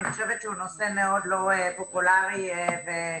אני חושבת שהוא נושא מאוד לא פופולרי וסקסי,